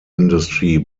industry